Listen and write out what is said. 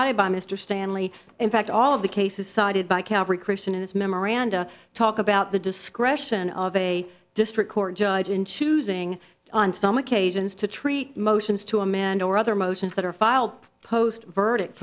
cited by mr stanley in fact all of the cases cited by calvary christian in his memoranda talk about the discretion of a district court judge in choosing on some occasions to treat motions to a man or other motions that are filed post verdict